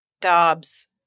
Dobbs